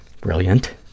Brilliant